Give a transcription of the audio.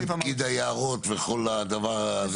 פקיד היערות וכל הדבר הזה.